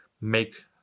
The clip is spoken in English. make